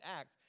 act